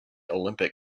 olympic